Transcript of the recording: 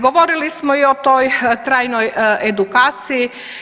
Govorili smo i o toj trajnoj edukaciji.